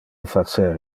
facer